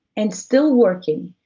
and still working,